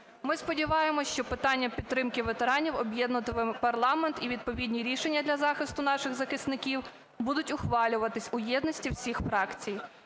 Ми сподіваємось, що питання підтримки ветеранів об'єднуватиме парламент і відповідні рішення для захисту наших захисників будуть ухвалюватись у єдності всіх фракцій.